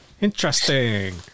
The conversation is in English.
Interesting